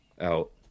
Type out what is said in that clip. out